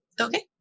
Okay